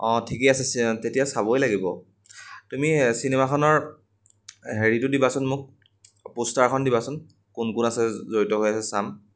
অঁ ঠিকেই আছে চিনেমাখন তেতিয়া চাবই লাগিব তুমি চিনেমাখনৰ হেৰিটো দিবাচোন মোক পোষ্টাৰখন দিবাচোন কোন কোন আছে জড়িত হৈ আছে চাম